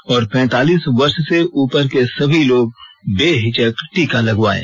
और पैंतालीस वर्ष से उपर के सभी लोग बेहिचक टीका लगवायें